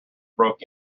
broke